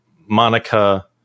Monica